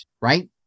right